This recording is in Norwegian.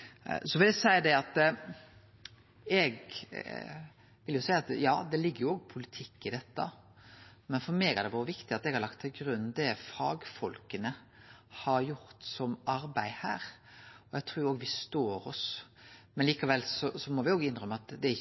så samvitsfullt som mogleg svare på dei spørsmåla som representanten Arne Nævra tar opp her. Eg vil seie at ja, det ligg politikk i dette, men for meg har det vore viktig å leggje til grunn det fagfolka har gjort av arbeid her. Eg trur òg me står oss på det. Likevel må me innrømme at den